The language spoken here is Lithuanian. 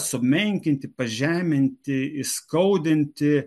sumenkinti pažeminti įskaudinti